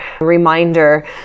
reminder